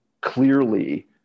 clearly